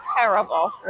terrible